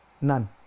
none